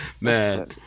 Man